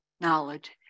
knowledge